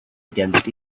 against